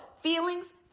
feelings